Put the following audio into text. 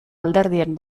alderdien